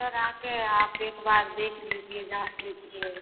sir आके आप एक बार देख लीजिए जांच लीजिए